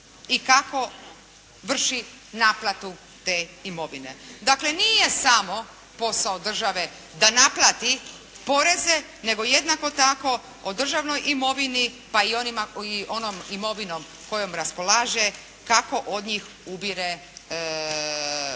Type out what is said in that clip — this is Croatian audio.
i kako vrši naplatu te imovine. Dakle, nije samo posao države da naplati poreze nego jednako tako o državnoj imovini pa i o onima, i onom imovinom kojom raspolaže kako od njih ubire